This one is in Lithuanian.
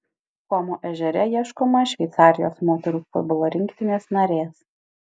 komo ežere ieškoma šveicarijos moterų futbolo rinktinės narės